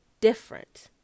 different